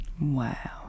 Wow